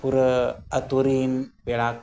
ᱯᱩᱨᱟᱹ ᱟᱹᱛᱩᱨᱤᱱ ᱯᱮᱲᱟ